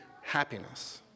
happiness